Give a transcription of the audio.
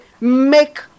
make